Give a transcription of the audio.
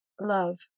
love